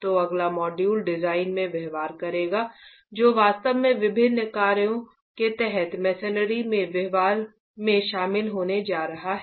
तो अगला module design में व्यवहार करेगा जो वास्तव में विभिन्न कार्यों के तहत मेसेनरी के व्यवहार में शामिल होने जा रहा है